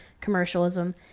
commercialism